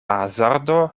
hazardo